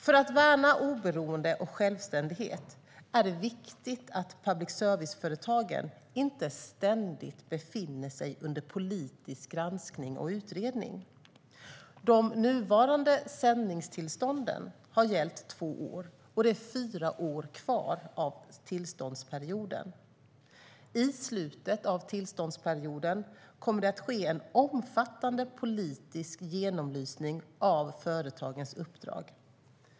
För att värna oberoende och självständighet är det viktigt att public service-företagen inte ständigt befinner sig under politisk granskning och utredning. De nuvarande sändningstillstånden har gällt två år, och det är fyra år kvar av tillståndsperioden. I slutet av tillståndsperioden kommer det att ske en omfattande politisk genomlysning av företagens uppdrag.